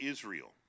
Israel